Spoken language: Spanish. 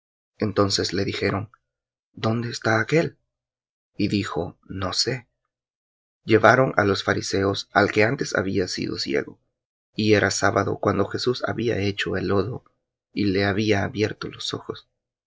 entonces le dijeron dónde está aquél el dijo no sé llevaron á los fariseos al que antes había sido ciego y era sábado cuando jesús había hecho el lodo y le había abierto los ojos